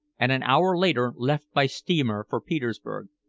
and an hour later left by steamer for petersburg.